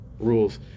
Rules